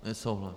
Nesouhlas.